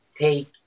take